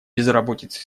безработицы